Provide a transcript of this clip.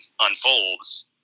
unfolds